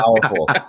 powerful